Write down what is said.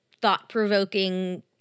thought-provoking